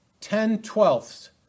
Ten-twelfths